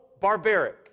barbaric